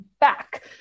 back